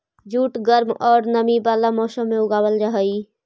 jute गर्म औउर नमी वाला मौसम में उगावल जा हई